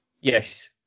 Yes